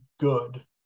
good